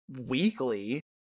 weekly